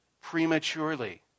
prematurely